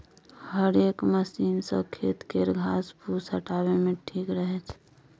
हेरेक मशीन सँ खेत केर घास फुस हटाबे मे ठीक रहै छै